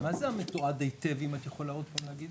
מה זה המתועד היטב, אם את יכולה עוד פעם להגיד.